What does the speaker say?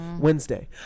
Wednesday